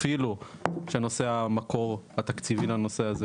אפילו שנושא המקור התקציבי לנושא הזה,